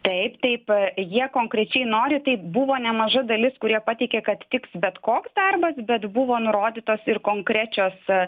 taip taip jie konkrečiai nori tai buvo nemaža dalis kurie pateikė kad tiks bet koks darbas bet buvo nurodytos ir konkrečios